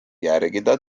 järgida